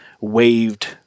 waved